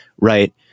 Right